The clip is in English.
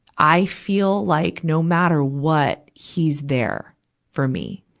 i feel like no matter what, he's there for me.